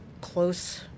close